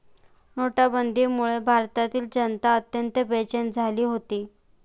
नोटाबंदीमुळे भारतातील जनता अत्यंत बेचैन झाली होती